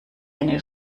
eine